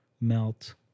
melt